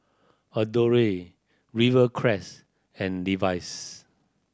Adore Rivercrest and Levi's